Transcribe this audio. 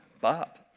Bob